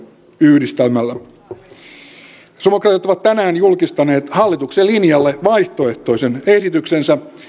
yhdistelmällä sosialidemokraatit ovat tänään julkistaneet hallituksen linjalle vaihtoehtoisen esityksensä